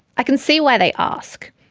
i can see why they ask,